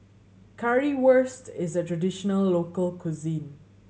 currywurst is a traditional local cuisine